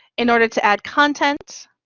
in order to add content,